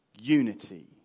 unity